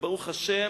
וברוך השם,